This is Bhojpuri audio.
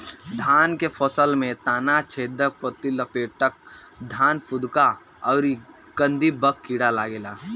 धान के फसल में तना छेदक, पत्ति लपेटक, धान फुदका अउरी गंधीबग कीड़ा लागेला